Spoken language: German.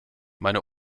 meine